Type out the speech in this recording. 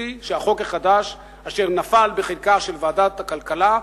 טיפוסי שהחוק החדש נפל בחיקה של ועדת הכלכלה,